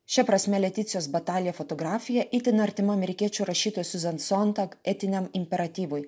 šia prasme leticijos batalija fotografija itin artima amerikiečių rašytojos siuzan sontag etiniam imperatyvui